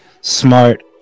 smart